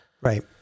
Right